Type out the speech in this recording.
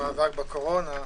המאבק בקורונה,